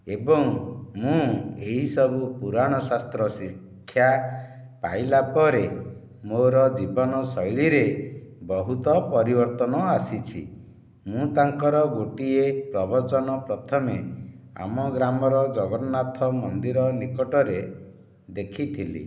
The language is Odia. ଏବଂ ମୁଁ ଏହି ସବୁ ପୁରାଣ ଶାସ୍ତ୍ର ଶିକ୍ଷା ପାଇଲା ପରେ ମୋର ଜୀବନଶୈଳୀରେ ବହୁତ ପରିବର୍ତ୍ତନ ଆସିଛି ମୁଁ ତାଙ୍କର ଗୋଟିଏ ପ୍ରବଚନ ପ୍ରଥମେ ଆମ ଗ୍ରାମର ଜଗନ୍ନାଥ ମନ୍ଦିର ନିକଟରେ ଦେଖିଥିଲି